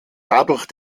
dadurch